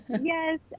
yes